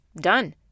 Done